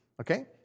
okay